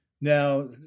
Now